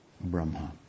Brahma